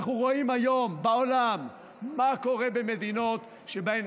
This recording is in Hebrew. אנחנו רואים היום בעולם מה קורה במדינות שבהן